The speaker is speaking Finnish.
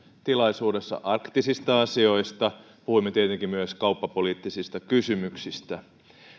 tilaisuudessa arktisista asioista puhuimme tietenkin myös kauppapoliittisista kysymyksistä